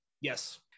Yes